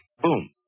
boom